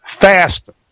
faster